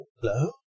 Hello